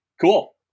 Cool